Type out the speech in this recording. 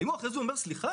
האם אחרי זה הוא אומר: סליחה,